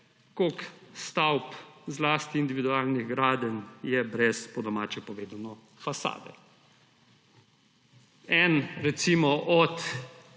koliko stavb, zlasti individualnih gradenj, je brez, po domače povedano, fasade. Recimo